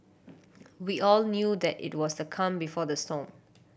we all knew that it was the calm before the storm